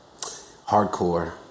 Hardcore